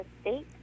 state